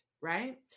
right